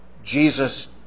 Jesus